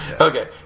Okay